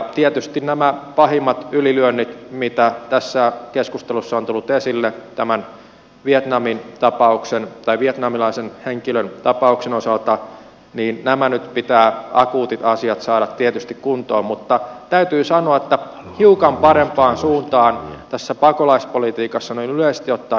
tietysti kun nämä pahimmat ylilyönnit tässä keskustelussa ovat tulleet esille tämän vietnamilaisen henkilön tapauksen osalta niin nämä akuutit asiat nyt pitää saada tietysti kuntoon mutta täytyy sanoa että hiukan parempaan suuntaan tässä pakolaispolitiikassa noin yleisesti ottaen on menty